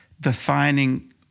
defining